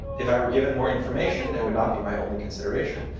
if i were given more information, it would not be my only consideration.